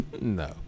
No